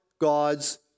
God's